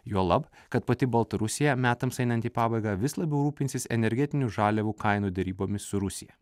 juolab kad pati baltarusija metams einant į pabaigą vis labiau rūpinsis energetinių žaliavų kainų derybomis su rusija